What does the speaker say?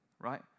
right